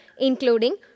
including